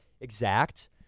exact